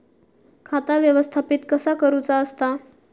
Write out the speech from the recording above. खाता व्यवस्थापित कसा करुचा असता?